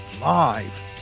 live